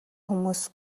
хүмүүс